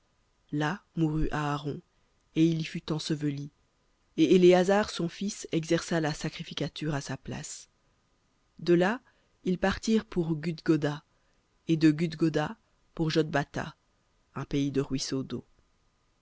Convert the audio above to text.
là mourut aaron et il y fut enseveli et éléazar son fils exerça la sacrificature à sa place de là ils partirent pour gudgoda et de gudgoda pour jotbatha un pays de ruisseaux d'eau